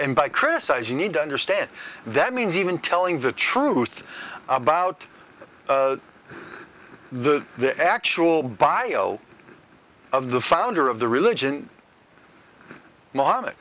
and by criticize you need to understand that means even telling the truth about the the actual bio of the founder of the religion mo